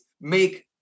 make